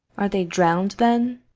are they drowned, then?